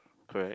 correct